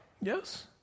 Yes